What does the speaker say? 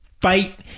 fight